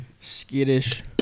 skittish